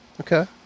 Okay